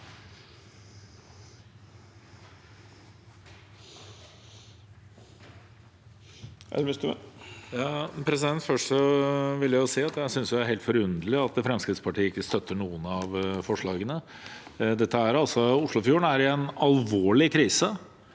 Først vil jeg si at jeg synes det er helt forunderlig at Fremskrittspartiet ikke støtter noen av forslagene. Oslofjorden er i en alvorlig krise